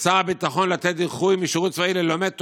לשר הביטחון לתת דיחוי משירות צבאי ללומד תורה.